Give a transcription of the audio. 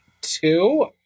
two